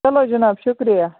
چَلو جِناب شُکرِیہ